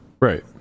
Right